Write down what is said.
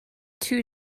two